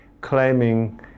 claiming